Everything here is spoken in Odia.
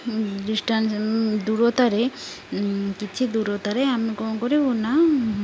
ଡିଷ୍ଟାନ୍ସ ଦୂରତାରେ କିଛି ଦୂରତାରେ ଆମେ କ'ଣ କରିବୁ ନା